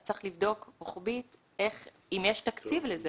אז צריך לבדוק רוחבית אם יש תקציב לזה.